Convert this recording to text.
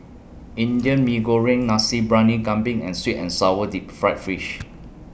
Indian Mee Goreng Nasi Briyani Kambing and Sweet and Sour Deep Fried Fish